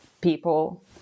people